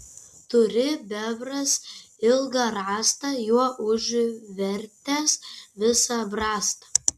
turi bebras ilgą rąstą juo užvertęs visą brastą